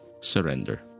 surrender